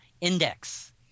index